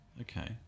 Okay